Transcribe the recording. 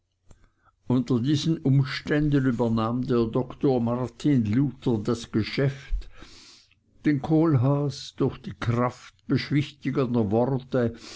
unter diesen umständen übernahm der doktor martin luther das geschäft den kohlhaas durch die kraft beschwichtigender worte